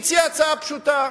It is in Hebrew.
והציע הצעה פשוטה: